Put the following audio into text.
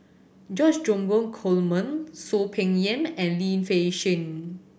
George Dromgold Coleman Soon Peng Yam and Lim Fei Shen